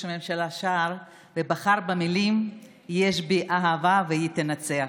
הממשלה שר ובחר במילים "יש בי אהבה והיא תנצח".